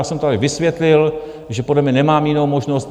Já jsem tady vysvětlil, že podle mě nemám jinou možnost.